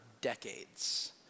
decades